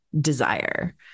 desire